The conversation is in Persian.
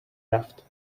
رفت